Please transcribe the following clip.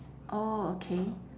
orh okay